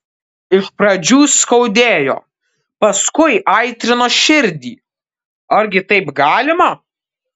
iš pradžių skaudėjo paskui aitrino širdį argi taip galima